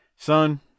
Son